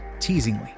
Teasingly